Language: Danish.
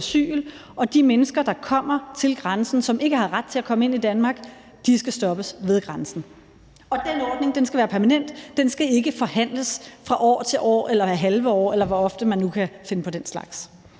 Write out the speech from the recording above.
og de mennesker, der kommer til grænsen, og som ikke har ret til at komme ind i Danmark, skal stoppes ved grænsen, og den ordning skal være permanent. Den skal ikke forhandles fra år til år eller hvert halve år, eller hvor ofte man nu kan finde på den slags.